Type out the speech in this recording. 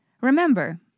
remember